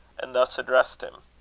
and thus addressed him